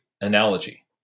analogy